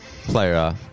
player